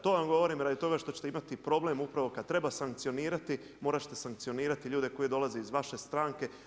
To vam govorim radi toga što ćete imati problem upravo kad treba sankcionirati morat ćete sankcionirati ljude koji dolaze iz vaše stranke.